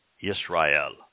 Israel